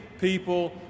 people